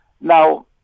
now